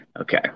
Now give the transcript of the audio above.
Okay